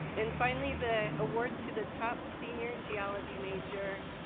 and finally, the award to the top senior and geology major,